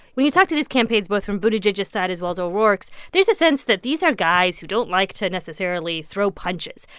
when you talk to these campaigns, both from buttigieg's side as well as o'rourke's, there's a sense that these are guys who don't like to necessarily throw punches.